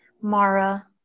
Mara